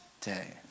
day